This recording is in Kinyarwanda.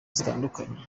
zitandukanye